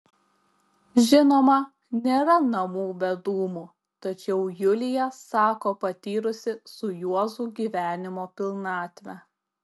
žinoma nėra namų be dūmų tačiau julija sako patyrusi su juozu gyvenimo pilnatvę